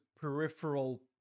peripheral